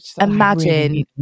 imagine